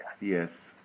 Yes